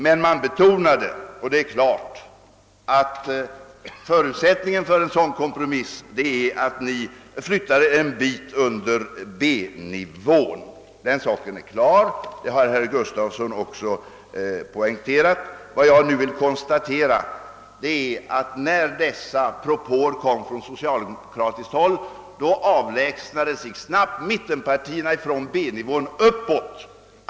Det betonades emellertid att förutsättningen för en sådan kompromiss var att mittenpartierna gick under B-nivån. Den saken är klar, vilket också herr Gustafsson i Uddevalla poängterat. Jag konstaterar att när dessa propåer kom från socialdemokratiskt håll gick mittenpartierna snabbt ifrån B-nivån och höjde budet.